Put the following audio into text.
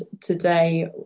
today